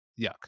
yuck